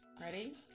ready